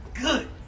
Good